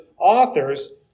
authors